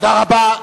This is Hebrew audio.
תודה רבה.